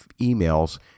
emails